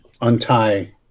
untie